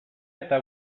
eta